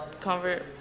convert